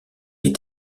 est